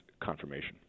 confirmation